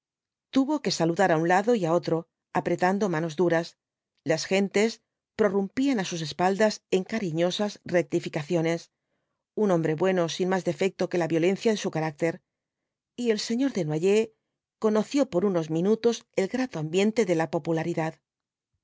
tuvo que saludar á un lado y á otro apretando manos duras las gentes prorrumpían á sus espaldas en cariñosas rectificaciones un hombre bueno sin más defecto que la violencia de su carácter y él señor desnoyers conoció por unos minutos el grato ambiente de la popularidad